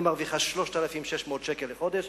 אני מרוויחה 3,600 שקל לחודש,